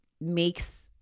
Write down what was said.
makes